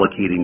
allocating